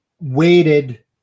waited